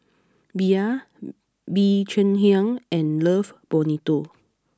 Bia Bee Cheng Hiang and Love Bonito